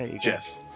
Jeff